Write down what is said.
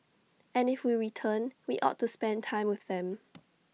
and if we return we ought to spend time with them